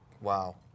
Wow